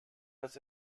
das